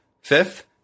Fifth